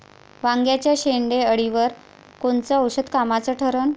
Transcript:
वांग्याच्या शेंडेअळीवर कोनचं औषध कामाचं ठरन?